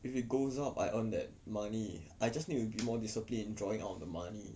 if it goes up I earn that money I just need to be more discipline drawing out the money